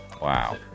Wow